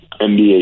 NBA